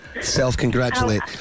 Self-congratulate